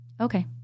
Okay